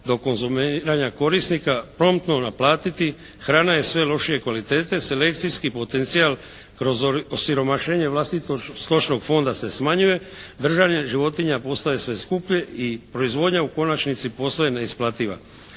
do konzumiranja korisnika promptno naplatiti. Hrana je sve lošije kvalitete, selekcijski potencijal kroz osiromašnje vlastitog stočnog fonda se smanjuje. Držanje životinja postaje sve skuplje i proizvodnja u konačnici postaje neisplativa.